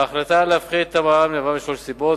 ההחלטה להפחית את המע"מ נבעה משלוש סיבות,